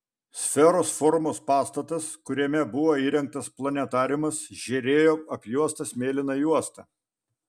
sferos formos pastatas kuriame buvo įrengtas planetariumas žėrėjo apjuostas mėlyna juosta